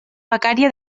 becària